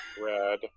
red